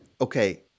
okay